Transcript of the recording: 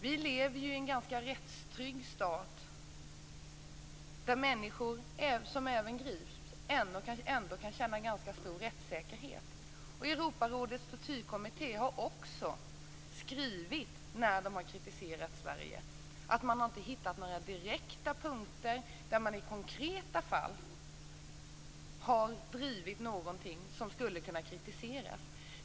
Vi lever ju i en ganska rättstrygg stat där även människor som grips ändå kan känna en ganska stor rättssäkerhet. Europarådets tortyrkommitté har också skrivit, när de har kritiserat Sverige, att de inte har hittat några direkta punkter i konkreta fall där någonting har drivits som skulle kunna kritiseras.